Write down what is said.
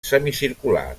semicircular